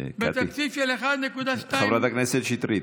קטי, חברת הכנסת שטרית,